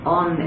on